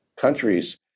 countries